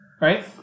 right